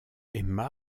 emma